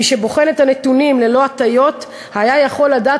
מי שבחן את הנתונים ללא הטיות היה יכול לדעת